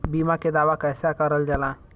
बीमा के दावा कैसे करल जाला?